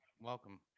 Welcome